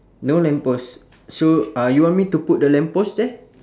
no lamp post so uh you want me to put the lamp post there